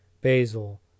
Basil